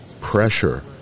pressure